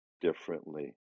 differently